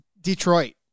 Detroit